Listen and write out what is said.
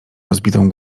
rozbitą